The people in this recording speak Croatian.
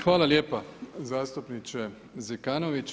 Hvala lijepa zastupniče Zekanović.